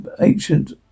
ancient